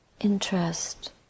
interest